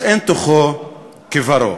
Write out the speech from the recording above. אז אין תוכו כברו.